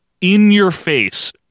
in-your-face